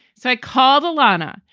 so i called alana.